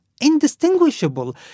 indistinguishable